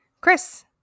Chris